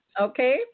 Okay